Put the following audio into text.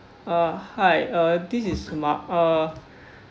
uh hi uh this is mark uh